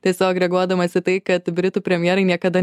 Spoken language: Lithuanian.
tiesiog reaguodamas į tai kad britų premjerai niekada